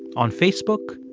on facebook,